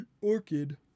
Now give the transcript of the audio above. orchid